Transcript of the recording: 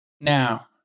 Now